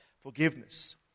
forgiveness